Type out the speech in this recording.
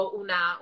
una